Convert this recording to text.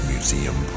Museum